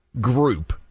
group